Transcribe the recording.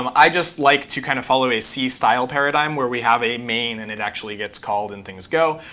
um i just like to kind of follow a c style paradigm where we have a main and it actually gets called and things go.